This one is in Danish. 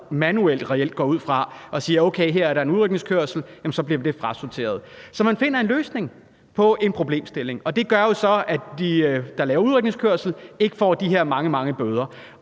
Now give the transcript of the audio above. manuelt, går jeg ud fra, og så siger: Okay, her er der en udrykningskørsel, så den bliver frasorteret. Man finder en løsning på en problemstilling, og det gør så, at de, der kører udrykningskøretøj, ikke får de her mange, mange bøder.